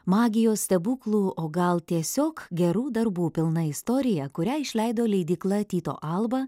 magijos stebuklų o gal tiesiog gerų darbų pilna istorija kurią išleido leidykla tyto alba